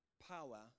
Power